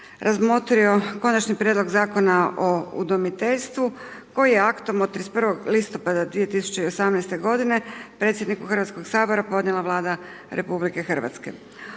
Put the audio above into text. razmotrio Konačni prijedlog Zakona o udomiteljstvu koji je aktom od 31. listopada 2018. godine predsjedniku Hrvatskoga sabora podnijela Vlada RH.